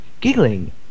giggling